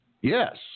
yes